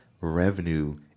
revenue